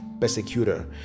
persecutor